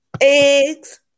eggs